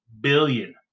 billion